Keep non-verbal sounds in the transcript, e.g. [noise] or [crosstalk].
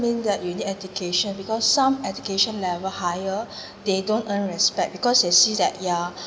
I mean that you need education because some education level higher [breath] they don't earn respect because they see that yeah